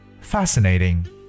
fascinating